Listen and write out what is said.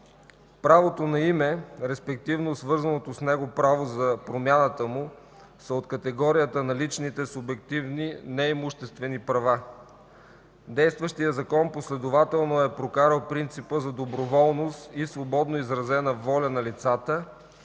Правото на име, респективно свързаното с него право за промяната му, са от категорията на личните субективни неимуществени права. Действащият закон последователно е прокарал принципа за доброволност и свободно изразена воля на лицата,